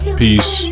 peace